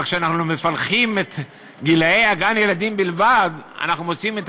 כשאנחנו מפלחים את גילאי גני-הילדים בלבד אנחנו מוצאים את